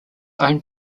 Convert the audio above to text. owned